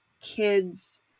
kids